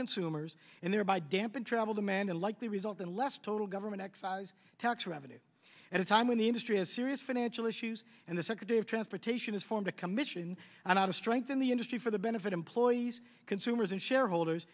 consumer and thereby dampen travel demand and likely result in less total government excise tax revenue at a time when the industry has serious financial issues and the secretary of transportation has formed a commission and out of strength in the industry for the benefit employees consumers and shareholders